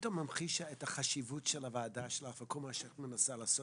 פתאום המחישה את החשיבות של הוועדה בראשותך ושל כל מה שאת מנסה לעשות,